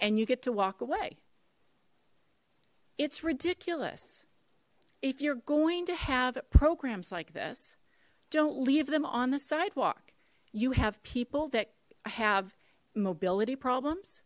and you get to walk away it's ridiculous if you're going to have programs like this don't leave them on the sidewalk you have people that have mobility problems